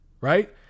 Right